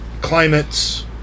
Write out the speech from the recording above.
climates